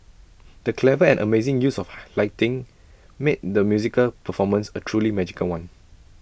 the clever and amazing use of lighting made the musical performance A truly magical one